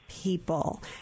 people